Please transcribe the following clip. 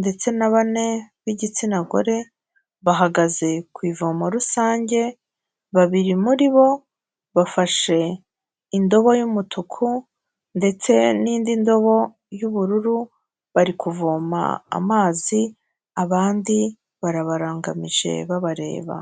ndetse na bane b'igitsina gore, bahagaze ku ivomo rusange, babiri muri bo bafashe indobo y'umutuku ndetse n'indi ndobo y'ubururu, bari kuvoma amazi abandi barabarangamije babareba.